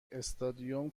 استادیوم